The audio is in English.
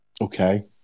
Okay